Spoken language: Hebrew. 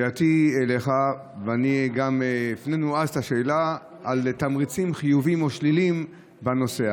גם הפנינו אז את השאלה על תמריצים חיוביים או שליליים בנושא.